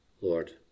Lord